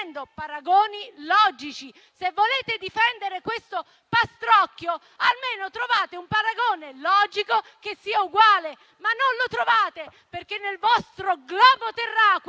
paragoni logici. Se volete difendere questo pastrocchio, almeno trovate un paragone logico che sia uguale. Ma non lo trovate perché sul globo terracqueo